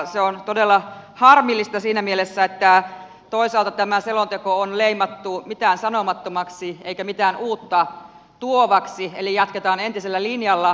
se on todella harmillista siinä mielessä että toisaalta tämä selonteko on leimattu mitäänsanomattomaksi eikä mitään uutta tuovaksi eli jatketaan entisellä linjalla